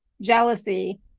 jealousy